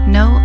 no